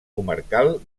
comarcal